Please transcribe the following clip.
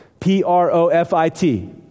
P-R-O-F-I-T